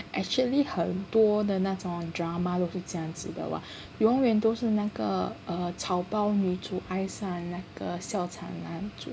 actually 很多的那种 drama 都是这样子的 [what] 永远都是那个 err 草包女主爱上那个校草男主